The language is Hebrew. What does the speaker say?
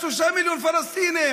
יש 3 מיליון פלסטינים.